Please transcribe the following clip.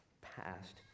past